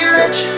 rich